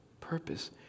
purpose